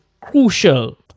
crucial